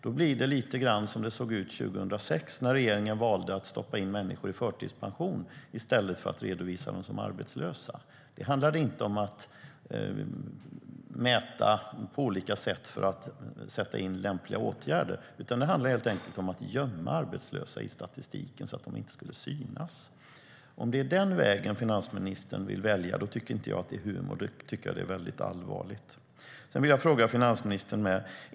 Då blir det lite grann som det såg ut 2006, när regeringen valde att stoppa in människor i förtidspension i stället för att redovisa dem som arbetslösa. Det handlade inte om att mäta på olika sätt för att sätta in lämpliga åtgärder, utan det handlade helt enkelt om att gömma arbetslösa i statistiken så att de inte skulle synas. Om det är den vägen som finansministern vill välja, då tycker jag inte att det är humor. Då tycker jag att det är väldigt allvarligt. Sedan vill jag ställa en fråga till finansministern.